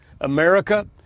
America